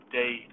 day